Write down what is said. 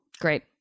Great